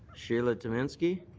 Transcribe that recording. sheila taminsky.